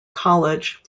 college